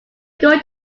going